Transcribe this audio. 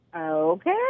Okay